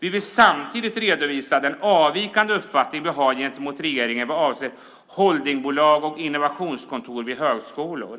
Vi vill samtidigt redovisa den avvikande uppfattning vi har gentemot regeringen vad avser holdingbolag och innovationskontor vid högskolor.